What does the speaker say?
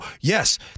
yes